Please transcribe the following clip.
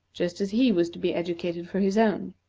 just as he was to be educated for his own.